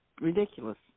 ridiculous